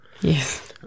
Yes